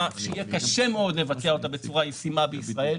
שיהיה קשה מאוד לבצע אותה בצורה ישימה בישראל.